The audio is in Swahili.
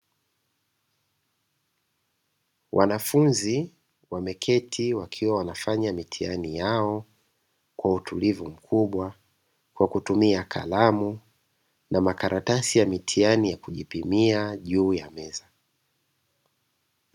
Wanafunzi wameketi wakiwa wanafanya mitihani yao kwa utulivu mkubwa kwa kutumia kalamu na makaratasi ya mitihani ya kujipimia juu ya meza.